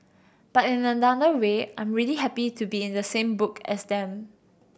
but in another way I'm really happy to be in the same book as them